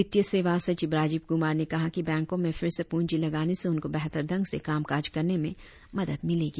वित्तीय सेवा सचिव राजीव क्रमार ने कहा कि बैंको में फिर से प्रंजी लगाने से उनको बेहतर ढंग से कामकाज करने में मदद मिलेगी